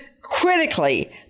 critically